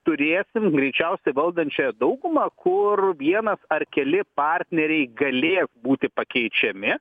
turėsim greičiausia valdančiąją daugumą kur vienas ar keli partneriai galės būti pakeičiami